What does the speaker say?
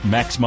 Max